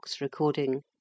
recording